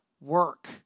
work